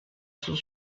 sul